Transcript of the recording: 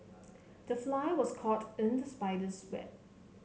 the fly was caught in the spider's web